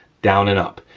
down and up.